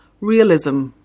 realism